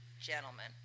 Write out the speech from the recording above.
gentlemen